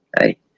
Hey